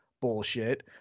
bullshit